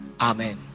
Amen